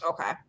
okay